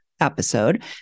episode